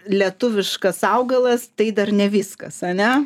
lietuviškas augalas tai dar ne viskas ane